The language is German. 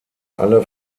alle